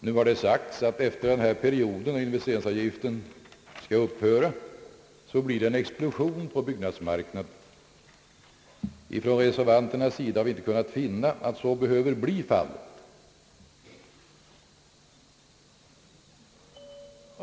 Nu har det sagts att det vid den tidpunkt då investeringsavgiften skall upphöra blir en explosion på byggnadsmarknaden. Vi reservanter har inte kunnat finna att så behöver bli fallet.